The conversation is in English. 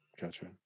Gotcha